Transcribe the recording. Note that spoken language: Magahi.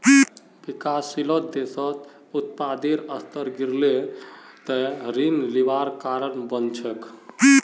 विकासशील देशत उत्पादेर स्तर गिरले त ऋण लिबार कारण बन छेक